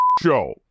show